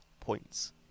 points